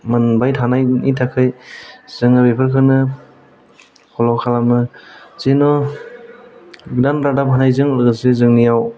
मोनबाय थानायनि थाखाय जोङो बेफोरखौनो फल' खालामो जेन' गोदान रादाब होनायजों लोगोसे जोंनिआव